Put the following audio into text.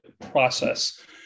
process